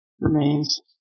remains